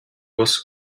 was